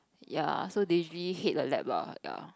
ya so they usually hate the lab lah ya